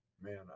Man